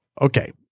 Okay